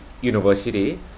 university